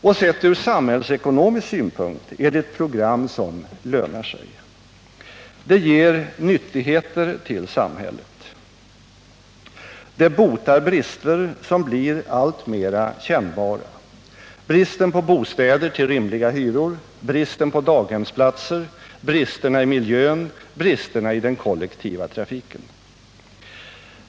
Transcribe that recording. Och sett från samhällsekonomisk synpunkt är det ett program som ”lönar sig”. Det ger nyttigheter till samhället. Det botar brister som blir alltmera kännbara: bristen på bostäder till rimliga hyror, bristen på daghemsplatser, bristerna i miljön, bristerna i den kollektiva trafiken.